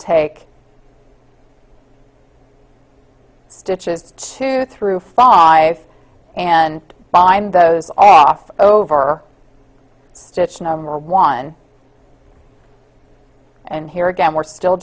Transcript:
take stitches two through five and find those off over stitch number one and here again we're still